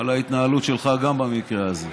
על ההתנהלות שלך, גם במקרה הזה.